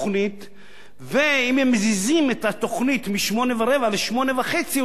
ואם הם מזיזים את התוכנית מ-20:15 ל-20:30 הוא צריך אישור של הרגולטור.